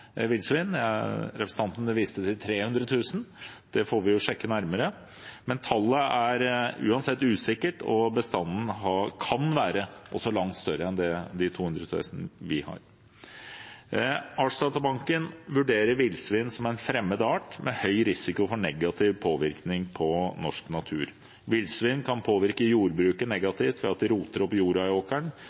Representanten viste til 300 000. Det får vi sjekke nærmere, men tallet er uansett usikkert, og bestanden kan også være langt større enn 200 000 dyr. Artsdatabanken vurderer villsvin som en fremmed art med høy risiko for negativ påvirkning på norsk natur. Villsvin kan påvirke jordbruket negativt ved at de roter opp